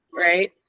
right